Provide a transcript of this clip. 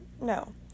no